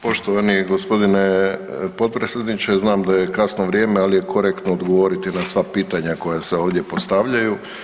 Poštovani gospodine potpredsjedniče, znam da je kasno vrijeme, ali je korektno odgovoriti na sva pitanja koja se ovdje postavljaju.